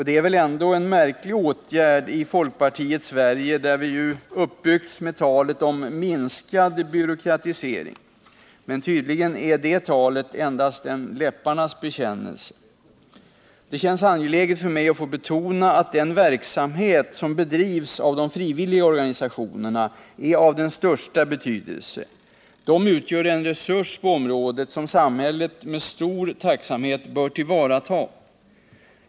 Det är väl ändå en märklig åtgärd i folkpartiets Sverige, där vi ju uppbyggts med talet om minskad byråkratisering, men tydligen är det talet endast en läpparnas bekännelse. Det känns angeläget för mig att betona att den verksamhet som bedrivs av de frivilliga organisationerna är av största betydelse. Dessa organisationer utgör en resurs på området som samhället med stor tacksamhet bör tillvarata.